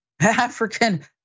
African